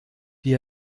die